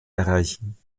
erreichen